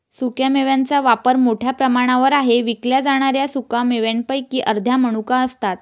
सुक्या मेव्यांचा वापर मोठ्या प्रमाणावर आहे विकल्या जाणाऱ्या सुका मेव्यांपैकी अर्ध्या मनुका असतात